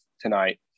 tonight